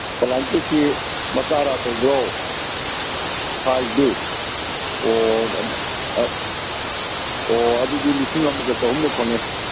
ꯕ꯭ꯂꯥꯡꯀꯦꯠꯁꯤ ꯃꯆꯥꯔ ꯑꯆꯧꯕꯔꯣ ꯁꯥꯏꯖꯗꯣ ꯑꯣ ꯑꯣ ꯑꯗꯨꯗꯤ ꯂꯤꯁꯤꯡ ꯑꯃꯒ ꯆꯍꯨꯝꯗ ꯐꯪꯉꯦ